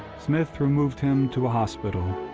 smith removed him to a hospital.